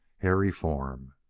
hairy form.